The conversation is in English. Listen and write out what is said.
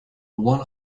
one